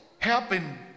helping